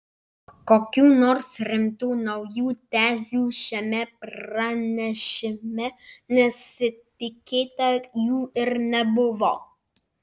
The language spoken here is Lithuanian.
kokių nors rimtų naujų tezių šiame pranešime nesitikėta jų ir nebuvo